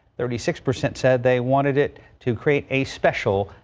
thirty six percent said they wanted it to create a special.